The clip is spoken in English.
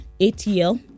ATL